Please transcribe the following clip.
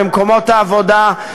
במקומות העבודה.